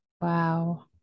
Wow